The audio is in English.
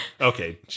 Okay